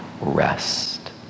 rest